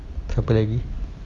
siapa lagi